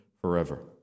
forever